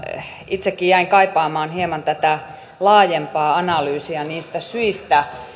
itsekin jäin kaipaamaan hieman laajempaa analyysia niistä syistä